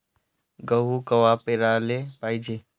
गहू कवा पेराले पायजे?